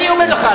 אני אומר לך,